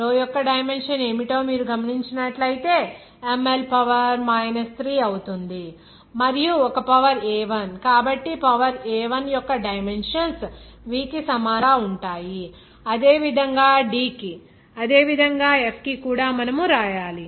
రో యొక్క డైమెన్షన్ ఏమిటో మీరు గమనించినట్లయితే అది ML పవర్ 3 అవుతుంది మరియు ఒక పవర్ a1 కాబట్టి పవర్ a1 యొక్క డైమెన్షన్స్ v కి సమానంగా ఉంటాయి అదే విధంగా D కి అదే విధంగా F కి కూడా మనము వ్రాయాలి